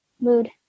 mood